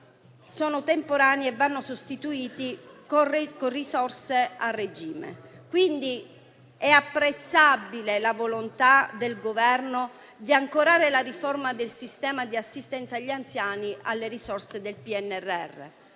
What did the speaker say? sono temporanei e vanno sostituiti con risorse a regime. Quindi, è apprezzabile la volontà del Governo di ancorare la riforma del sistema di assistenza agli anziani alle risorse del PNRR.